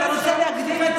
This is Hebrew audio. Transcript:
אתה רוצה להקדים את